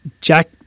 Jack